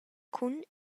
cun